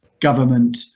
Government